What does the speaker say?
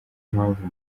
mpamvu